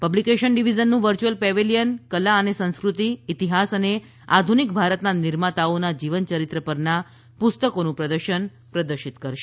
publication ડિવિઝનનું virtual pavilion કલા અને સંસ્કૃતિ ઇતિહાસ અને આધુનિક ભારતના નિર્માતાઓના જીવનચરિત્ર પરના પુસ્તકોનુંપ્રદર્શન પ્રદર્શિત કરશે